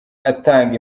atanga